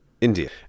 India